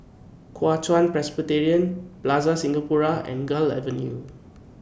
Kuo Chuan Presbyterian Plaza Singapura and Gul Avenue